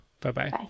Bye-bye